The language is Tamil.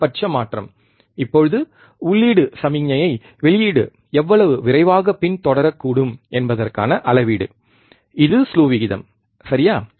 அதிகபட்ச மாற்றம் இப்போது உள்ளீடு சமிக்ஞையை வெளியீடு எவ்வளவு விரைவாகப் பின்தொடரக்கூடும் என்பதற்கான அளவீடு இதுவும் ஸ்லூ விகிதம் சரியா